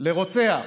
לרוצח